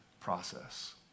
process